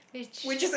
which